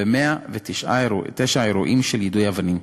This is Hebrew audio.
109 אירועים של יידוי אבנים.